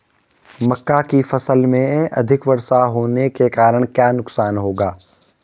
मक्का की फसल में अधिक वर्षा होने के कारण क्या नुकसान होगा?